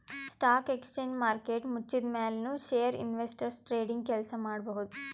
stock exchange market ಮುಚ್ಚಿದ್ಮ್ಯಾಲ್ ನು share investors trading ಕೆಲ್ಸ ಮಾಡಬಹುದ್